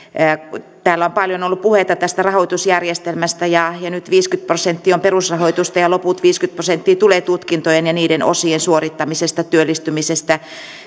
täällä on paljon ollut puhetta tästä rahoitusjärjestelmästä nyt viisikymmentä prosenttia on perusrahoitusta ja loput viisikymmentä prosenttia tulee tutkintojen ja niiden osien suorittamisesta työllistymisestä